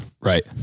Right